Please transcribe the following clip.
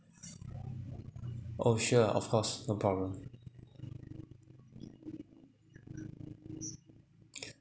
oh sure of course no problem